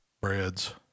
breads